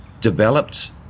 developed